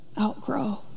outgrow